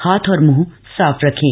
हाथ और मुंह साफ रखें